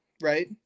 right